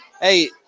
Hey